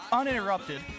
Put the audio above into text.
uninterrupted